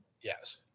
Yes